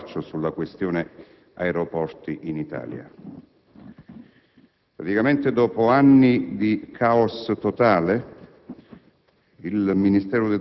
di aprire un squarcio sulla questione aeroporti in Italia. Dopo anni di caos totale,